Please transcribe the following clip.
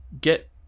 get